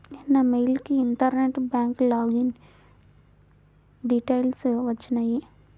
నిన్న మెయిల్ కి internet bank login details వచ్చినియ్యి